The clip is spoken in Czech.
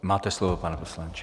Máte slovo, pane poslanče.